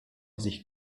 sich